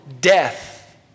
death